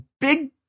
big